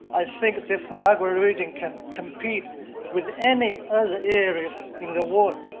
i think this niagara region can compete with any other areas in the world.